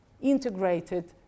integrated